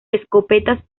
escopetas